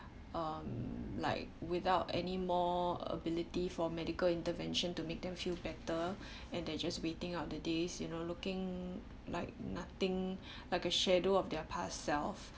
um like without anymore ability for medical intervention to make them feel better and they just waiting out the days you know looking like nothing like a shadow of their past self